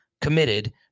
committed